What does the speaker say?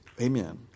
Amen